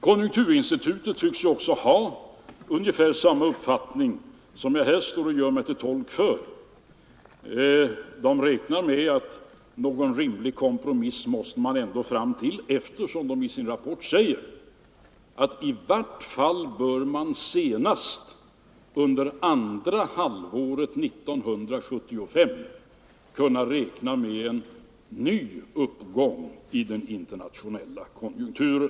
Konjunkturinstitutet tycks också ha ungefär samma uppfattning som jag här står och gör mig till tolk för. De räknar med att man måste komma fram till någon rimlig kompromiss. Konjunkturinstitutet säger ju i sin rapport att i vart fall bör man senast under andra halvåret 1975 kunna räkna med en ny uppgång i den internationella konjunkturen.